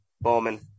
Bowman